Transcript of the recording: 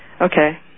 Okay